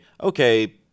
okay